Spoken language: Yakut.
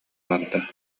барда